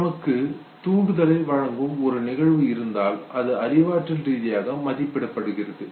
நமக்கு தூண்டுதலை வழங்கும் ஒரு நிகழ்வு இருந்தால் அது அறிவாற்றல் ரீதியாக மதிப்பிடப்படுகிறது